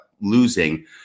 losing